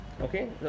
Okay